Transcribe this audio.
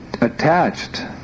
attached